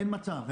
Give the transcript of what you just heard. אין מצב.